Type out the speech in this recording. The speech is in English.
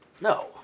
No